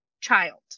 child